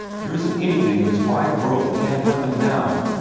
there isn't anything in this wide world that can't happen now!